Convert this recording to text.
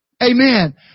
Amen